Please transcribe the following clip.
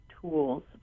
tools